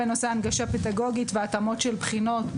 בנושא הנגשה פדגוגית והתאמות של בחינות,